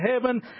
heaven